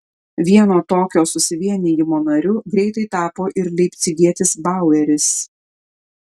vieno tokio susivienijimo nariu greitai tapo ir leipcigietis baueris